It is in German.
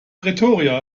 pretoria